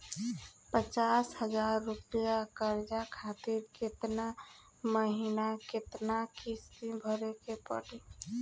पचास हज़ार रुपया कर्जा खातिर केतना महीना केतना किश्ती भरे के पड़ी?